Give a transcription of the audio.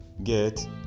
get